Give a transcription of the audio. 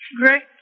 great